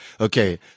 okay